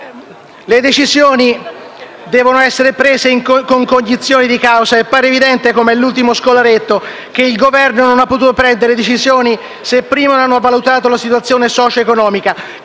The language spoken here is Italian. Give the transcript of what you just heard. Le decisioni devono essere assunte con cognizione di causa ed appare evidente anche all'ultimo scolaretto che il Governo non può prendere decisioni se prima non ha valutato la situazione socioeconomica: